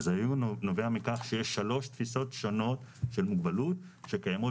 אז זה נובע מכך שיש שלוש תפיסות שונות של מוגבלות שקיימות